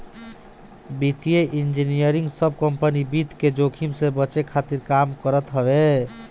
वित्तीय इंजनियरिंग सब कंपनी वित्त के जोखिम से बचे खातिर काम करत हवे